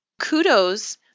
kudos